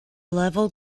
level